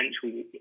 potential